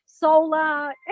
Solar